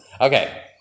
Okay